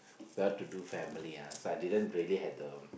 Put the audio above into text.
well to do family ah so I didn't really had the